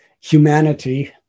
humanity